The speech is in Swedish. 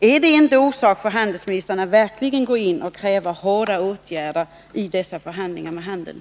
Är det inte orsak för handelsministern att verkligen kräva hårdare åtgärder i dessa förhandlingar med handeln?